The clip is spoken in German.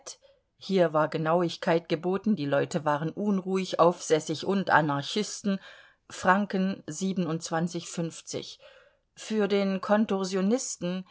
hier war genauigkeit geboten die leute waren unruhig aufsässig und anarchisten für den